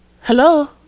Hello